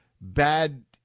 bad